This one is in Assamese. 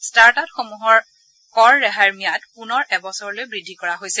ষ্টাৰ্টআপসমূহৰ কৰ ৰেহাইৰ ম্যাদ পুনৰ এবছৰলৈ বৃদ্ধি কৰা হৈছে